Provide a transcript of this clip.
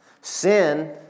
Sin